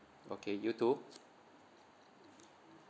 okay you too